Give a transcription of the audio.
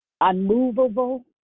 unmovable